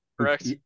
correct